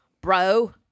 bro